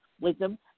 Wisdom